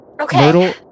Okay